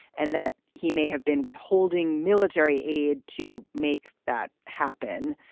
and that he may have been withholding military aid to make that happen.